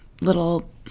little